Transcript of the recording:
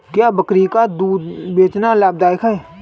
क्या बकरी का दूध बेचना लाभदायक है?